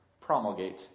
promulgate